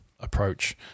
approach